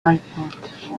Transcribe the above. airport